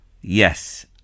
Yes